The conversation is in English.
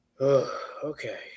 Okay